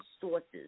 sources